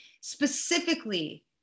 specifically